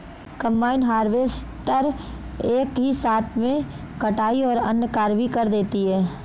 combine harvester एक ही साथ में कटाई और अन्य कार्य भी कर देती है